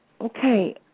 Okay